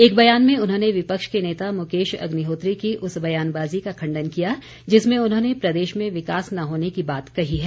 एक बयान में उन्होंने विपक्ष के नेता मुकेश अग्निहोत्री की उस बयानबाजी का खण्डन किया जिसमें उन्होंने प्रदेश में विकास न होने की बात कही है